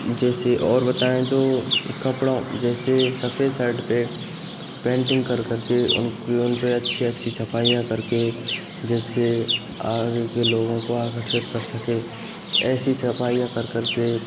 जैसे और बताए तो कपड़ा जैसे सफेद शर्ट पर पेंटिंग कर करके उनकी उन पर अच्छे अच्छी छपाइयाँ करके जिससे आगे के लोगों को आकर्षित कर सके ऐसी छपाइयाँ कर करके